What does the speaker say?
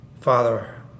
Father